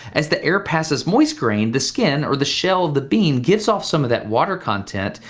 as the air passes moist grain, the skin or the shell of the bean gives off some of that water content,